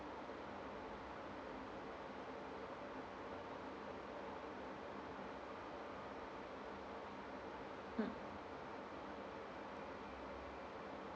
mm